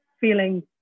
feeling